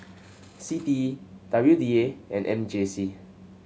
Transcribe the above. C T E W D A and M J C